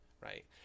right